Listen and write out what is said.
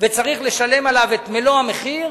וצריך לשלם עליו את מלוא המחיר,